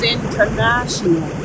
international